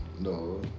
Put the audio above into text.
no